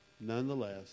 nonetheless